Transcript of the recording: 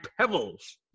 pebbles